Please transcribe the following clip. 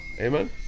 Amen